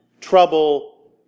trouble